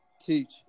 teach